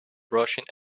brushing